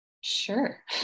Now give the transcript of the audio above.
Sure